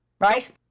right